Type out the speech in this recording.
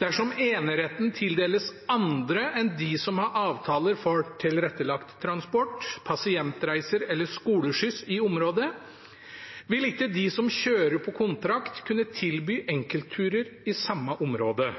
Dersom eneretten tildeles andre enn de som har avtaler for tilrettelagt transport, pasientreiser eller skoleskyss i området, vil ikke de som kjører på kontrakt kunne tilby enkeltturer i samme område.